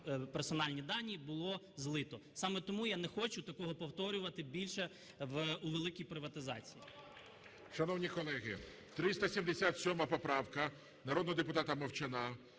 персональні дані було злито. Саме тому я не хочу такого повторювати більше у великій приватизації.